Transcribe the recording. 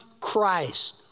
Christ